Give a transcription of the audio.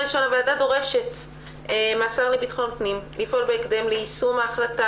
הוועדה דורשת מהשר לביטחון פנים לפעול בהקדם ליישום ההחלטה